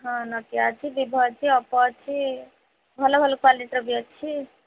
ହଁ ନକିଆ ଅଛି ଭିବୋ ଅଛି ଓପୋ ଅଛି ଭଲ ଭଲ କ୍ୟାଲିଟିର ବି ଅଛି